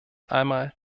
einmal